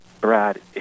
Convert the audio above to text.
Brad